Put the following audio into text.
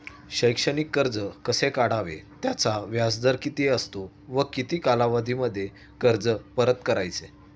शैक्षणिक कर्ज कसे काढावे? त्याचा व्याजदर किती असतो व किती कालावधीमध्ये कर्ज परत करायचे?